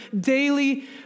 daily